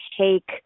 take